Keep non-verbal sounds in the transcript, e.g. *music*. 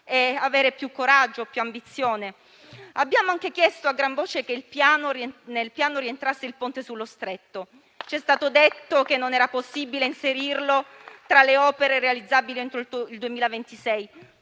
e avere più coraggio e ambizione. Abbiamo anche chiesto a gran voce che nel Piano rientrasse il ponte sullo Stretto. *applause* C'è stato detto che non era possibile inserirlo tra le opere realizzabili entro il 2026.